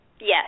Yes